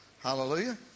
Hallelujah